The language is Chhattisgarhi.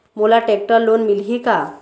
मोला टेक्टर लोन मिलही का?